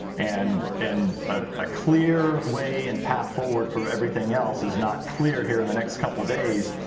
and and ah a clear way and path forward for everything else is not clear here and the next couple days,